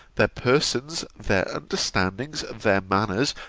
their persons, their understandings, their manners,